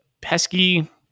pesky